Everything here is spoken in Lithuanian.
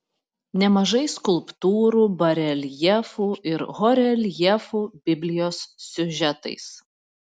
nemažai skulptūrų bareljefų ir horeljefų biblijos siužetais